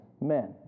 Men